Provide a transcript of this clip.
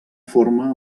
forma